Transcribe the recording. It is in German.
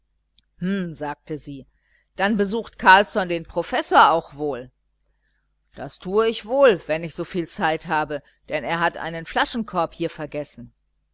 sagte sie dann besucht carlsson den professor auch wohl das tue ich wohl wenn ich so viel zeit habe denn er hat einen flaschenkorb hier vergessen